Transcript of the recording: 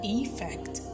effect